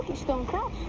stone cross.